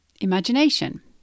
Imagination